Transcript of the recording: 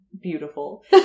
Beautiful